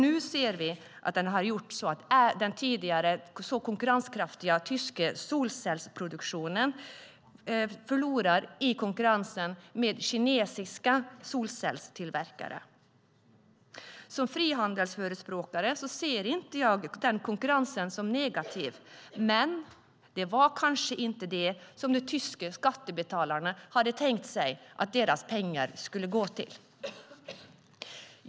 Nu ser vi att även den tidigare så konkurrenskraftiga tyska solcellsproduktionen förlorar i konkurrensen med kinesiska solcellstillverkare. Som frihandelsförespråkare ser jag inte den konkurrensen som negativ, men det var kanske inte det som de tyska skattebetalarna hade tänkt sig att deras pengar skulle gå till.